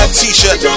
t-shirt